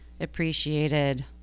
appreciated